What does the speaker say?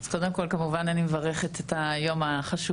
אז קודם כל כמובן אני מברכת את היום החשוב